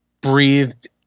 breathed